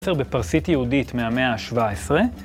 בפרסית יהודית מהמאה ה-17